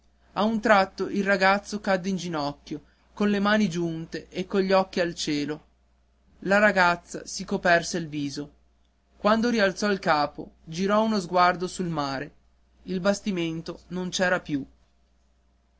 a un tratto il ragazzo cadde in ginocchio con le mani giunte e cogli occhi al cielo la ragazza si coperse il viso quando rialzò il capo girò uno sguardo sul mare il bastimento non c'era più